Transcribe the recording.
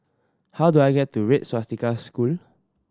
how do I get to Red Swastika School